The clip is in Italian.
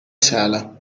sala